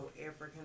African